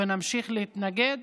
ונמשיך להתנגד,